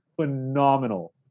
phenomenal